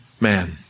man